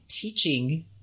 teaching